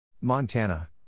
Montana